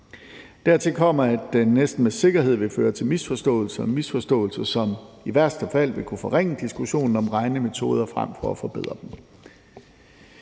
Dertil kommer, at det næsten med sikkerhed vil føre til misforståelser – misforståelser, som i værste fald vil kunne forringe diskussionen om regnemetoder frem for at forbedre den.